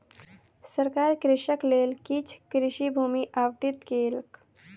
सरकार कृषकक लेल किछ कृषि भूमि आवंटित केलक